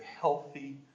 healthy